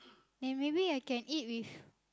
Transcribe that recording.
then maybe I can eat with